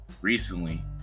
recently